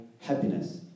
happiness